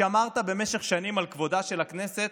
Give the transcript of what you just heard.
שמרת במשך שנים על כבודה של הכנסת.